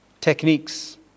techniques